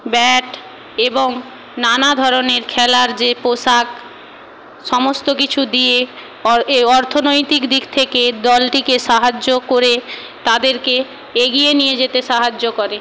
bat এবং নানা ধরনের খেলার যে পোশাক সমস্ত কিছু দিয়ে অর্থনৈতিক দিক থেকে দলটিকে সাহায্য করে তাদেরকে এগিয়ে নিয়ে যেতে সাহায্য করে